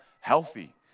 healthy